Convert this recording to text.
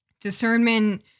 discernment